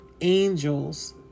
angels